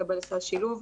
לקבל סל שילוב.